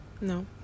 No